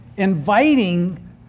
inviting